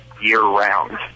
year-round